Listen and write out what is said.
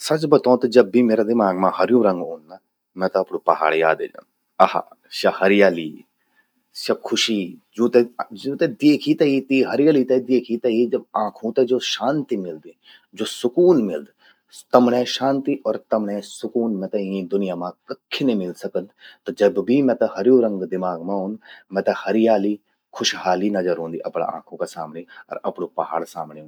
सच बतौं त जब भी म्येरा दिमाग मां हर्यूं रंग ऊंद, ना मेते अपणूं पहाड़ यद ए जंद। अहा...स्या हरियाली स्या खुशी, जूं ते द्येखि ते ही, तीं हरियालि ते द्योखि ते ही जब आंखों ते ज्वो शांति मिलदि, ज्वो सुकून मिल्द, तमण्यें शांति अर तमण्ये सुकून मैते यीं दुनिया मां कखि नी मिल सकद। त जब भी मैते हर्यूं रंग दिमाग मां ऊंद, मैते हरियाली, खुशहाली नजर ऊंदी अपणा आंखूं का सामणि अर अपणू पहाड़ सामणि ऊंद।